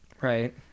right